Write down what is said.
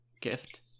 gift